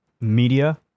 media